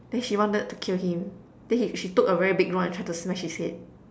then she wanted to kill him then he she took a very big one and try to smash his head